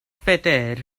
peter